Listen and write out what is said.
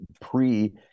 pre